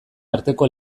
arteko